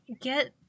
get